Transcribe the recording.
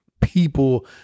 people